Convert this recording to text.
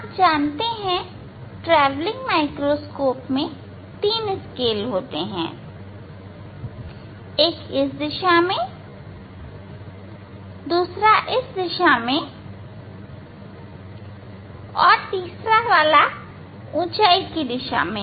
आप जानते हैं कि ट्रैवलिंग माइक्रोस्कोप travelling सूक्ष्मदर्शी मैं 3 स्केल होते हैं एक इस दिशा में है दूसरा इस दिशा में और तीसरा वाला ऊंचाई की दिशा में है